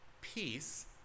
peace